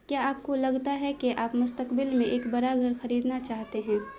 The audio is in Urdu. کیا آپ کو لگتا ہے کہ آپ مستقبل میں ایک بڑا گھر خریدنا چاہتے ہیں